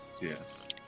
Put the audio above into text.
Yes